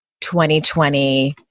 2020